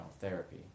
therapy